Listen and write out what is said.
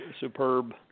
Superb